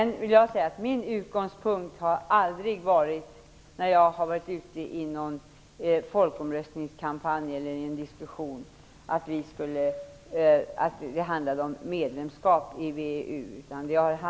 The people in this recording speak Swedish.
När jag deltagit folkomröstningskampanjen och diskussioner har min utgångspunkt aldrig varit att det handlade om medlemskap i VEU.